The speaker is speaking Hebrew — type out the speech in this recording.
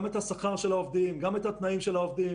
גם אצלנו,